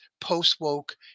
post-woke